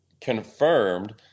confirmed